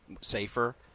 safer